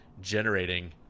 generating